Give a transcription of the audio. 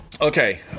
Okay